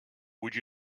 would